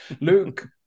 Luke